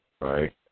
right